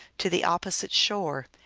to the opposite shore,